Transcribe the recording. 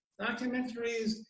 documentaries